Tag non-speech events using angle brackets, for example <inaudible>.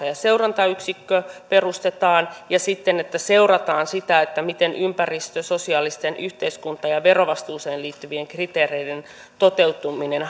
<unintelligible> ja seurantayksikkö perustetaan ja että seurataan sitä miten ympäristö sosiaalisten yhteiskunta ja verovastuuseen liittyvien kriteereiden toteutuminen <unintelligible>